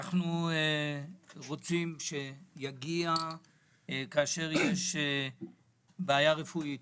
היא שאנחנו רוצים שכאשר יש בעיה רפואית